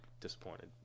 disappointed